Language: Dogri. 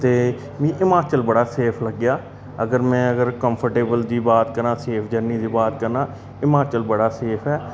ते मीं हिमाचल बड़ा सेफ लग्गेआ अगर में अगर कम्फर्टेबल दी बात करां सेफ जरनी दी बात करां हिमाचल बड़ा सेफ ऐ